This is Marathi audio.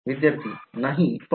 विद्यार्थी नाही पण